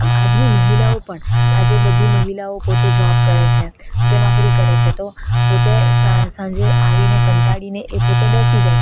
આજની મહિલાઓ પણ આજે બધી મહિલાઓ પોતે જોબ કરે છે કે નોકરી કરે છે તો પોતે સાંજે આવીને કંટાળીને એ પોતે બેસી જાય